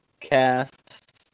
cast